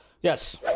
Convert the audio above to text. Yes